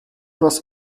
was